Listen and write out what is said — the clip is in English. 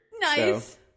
Nice